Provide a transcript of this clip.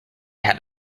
had